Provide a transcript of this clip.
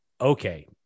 okay